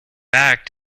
act